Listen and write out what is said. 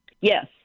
Yes